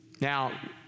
Now